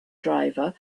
driver